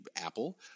Apple